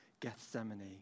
Gethsemane